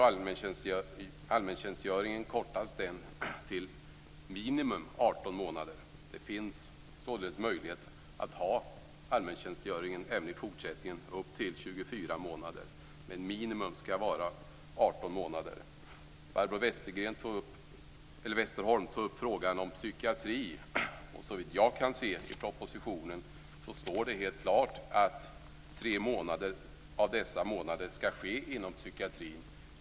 Allmäntjänstgöringen kortas till ett minimum av 18 månader. Det finns således möjligt att ha allmäntjänstgöring upp till 24 månader även i fortsättningen. Barbro Westerholm tog upp frågan om psykiatri. Såvitt jag kan se i propositionen står det helt klart att tre av dessa månader skall förläggas till psykiatrin.